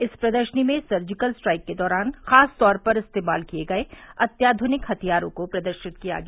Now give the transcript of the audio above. इस प्रदर्शनी में सर्जिकल स्ट्राइक के दौरान खासतौर पर इस्तेमाल किये गये अत्याधुनिक हथियारों को प्रदर्शित किया गया